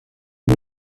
nur